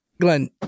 Glenn